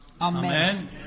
Amen